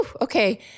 okay